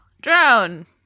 Drone